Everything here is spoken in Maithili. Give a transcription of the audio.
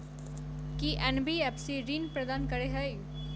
की एन.बी.एफ.सी ऋण प्रदान करे है?